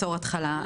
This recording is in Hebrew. בתור התחלה.